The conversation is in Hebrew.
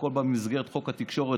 הכול במסגרת חוק התקשורת.